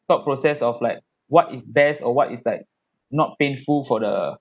thought process of like what is best or what is like not painful for the